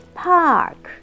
park